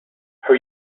her